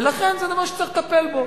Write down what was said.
ולכן זה דבר שצריך לטפל בו.